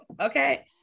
Okay